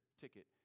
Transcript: ticket